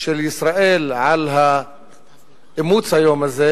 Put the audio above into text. של ישראל על אימוץ היום הזה